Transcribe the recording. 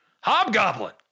Hobgoblin